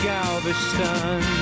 Galveston